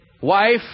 wife